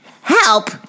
Help